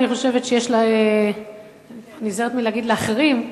אני חושבת שיש, אני נזהרת מלהגיד להחרים.